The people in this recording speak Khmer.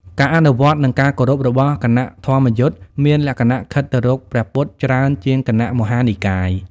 ការអនុវត្ត និងការគោរពរបស់គណៈធម្មយុត្តិមានលក្ខណៈខិតទៅរកព្រះពុទ្ធច្រើនជាងគណៈមហានិកាយ។